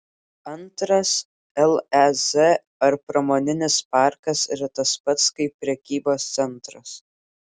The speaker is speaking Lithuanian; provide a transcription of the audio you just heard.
antras lez ar pramoninis parkas yra tas pats kaip prekybos centras